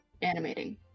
Animating